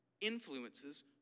influences